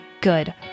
good